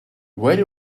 very